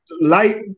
light